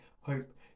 hope